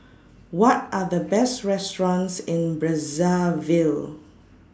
What Are The Best restaurants in Brazzaville